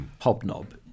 hobnob